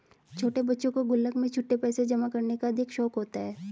छोटे बच्चों को गुल्लक में छुट्टे पैसे जमा करने का अधिक शौक होता है